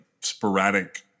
sporadic